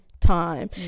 time